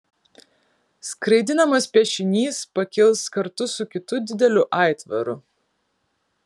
skraidinamas piešinys pakils kartu su kitu dideliu aitvaru